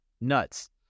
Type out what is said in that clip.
nuts